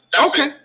okay